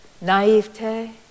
naivete